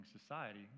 society